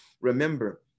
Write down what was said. remember